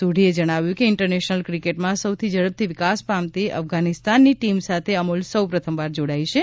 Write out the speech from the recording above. સોઢીએ જણાવ્યું છે કે ઇન્ટરનેશનલ ક્રિકેટમાં સૌથી ઝડપથી વિકાસ પામતી અફઘાનિસ્તાનની ટીમ સાથે અમૂલ સૌ પ્રથમવાર જોડાઈ છે